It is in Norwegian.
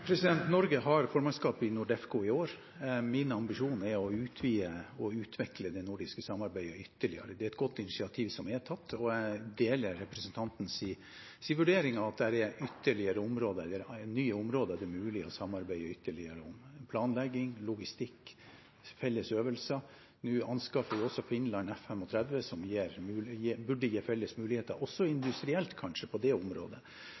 Norge har formannskapet i NORDEFCO i år. Min ambisjon er å utvide og utvikle det nordiske samarbeidet ytterligere. Det er et godt initiativ som er tatt, og jeg deler representantens vurdering av at det er nye områder det er mulig å samarbeide ytterligere om, som planlegging, logistikk og felles øvelser. Nå anskaffer også Finland F-35, som burde gi felles muligheter, kanskje også industrielt, på det området.